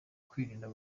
kwirinda